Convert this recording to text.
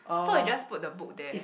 so you just put the book there